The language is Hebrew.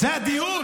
זה הדיון.